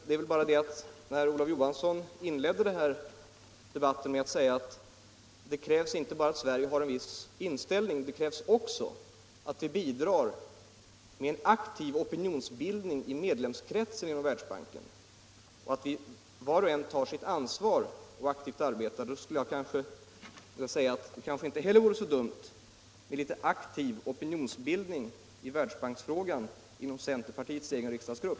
Det är bara det att när herr Olof Johansson inleder den här debatten med att säga att det inte bara krävs att Sverige har en viss inställning utan att det också krävs att vi bidrar med en aktiv opinionsbildning i medlemskretsen inom Världsbanken och att var och en tar sitt ansvar och arbetar aktivt, då skulle jag vilja säga att det kanske inte heller vore så dumt med litet aktiv opinionsbildning i Världsbanksfrågan inom centerpartiets egen riksdagsgrupp.